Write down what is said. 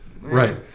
Right